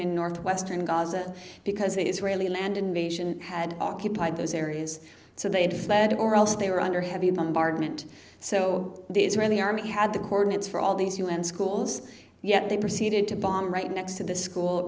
in northwestern gaza because the israeli land invasion had occupied those areas so they had fled or else they were under heavy bombardment so the israeli army had the cordon it's for all these un schools yet they proceeded to bomb right next to the school